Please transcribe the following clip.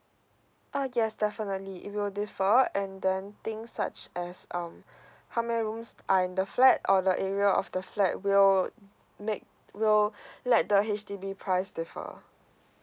ah yes definitely it will differ and then things such as um how many rooms are in the flat or the area of the flat will make will let the H_D_B price differ